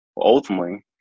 Ultimately